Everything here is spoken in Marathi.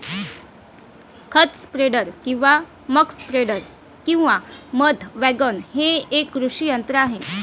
खत स्प्रेडर किंवा मक स्प्रेडर किंवा मध वॅगन हे एक कृषी यंत्र आहे